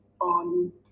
on